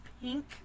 pink